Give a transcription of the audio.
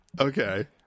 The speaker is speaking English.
okay